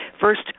First